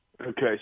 Okay